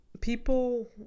People